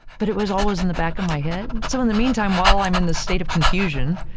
but it was always in the back of my head. so, in the meantime, while i'm in the state of confusion,